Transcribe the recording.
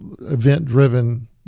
event-driven